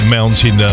Mountain